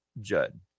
Judd